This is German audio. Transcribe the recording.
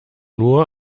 nur